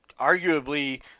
arguably